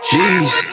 Jeez